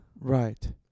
Right